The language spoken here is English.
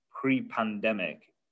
pre-pandemic